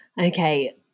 Okay